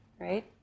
right